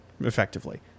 effectively